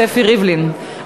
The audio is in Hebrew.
ספי ריבלין,